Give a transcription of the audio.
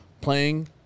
playing